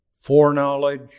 Foreknowledge